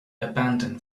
abandon